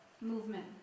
movement